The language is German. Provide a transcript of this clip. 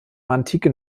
antiken